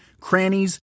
crannies